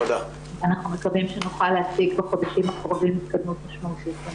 אנחנו מקווים שנוכל להציג בחודשים הקרובים התקדמות משמעותית.